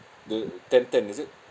the ten ten is it